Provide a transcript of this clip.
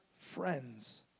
friends